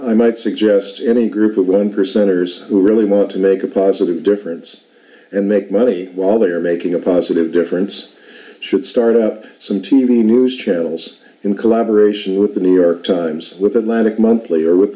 i might suggest any group of one percenters who really want to make a positive difference and make money while they are making a positive difference should start up some t v news channels in collaboration with the new york times with atlantic monthly or with